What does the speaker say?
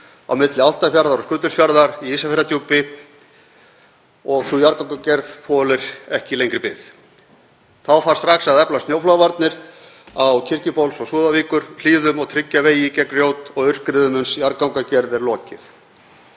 á milli Álftafjarðar og Skutulsfjarðar í Ísafjarðardjúpi. Sú jarðgangagerð þolir ekki lengri bið. Þá þarf strax að efla snjóflóðavarnir í Kirkjubóls- og Súðavíkurhlíðum og tryggja vegi gegn grjót- og aurskriðum uns jarðgangagerð er lokið.